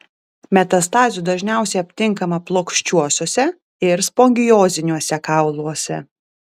metastazių dažniausiai aptinkama plokščiuosiuose ir spongioziniuose kauluose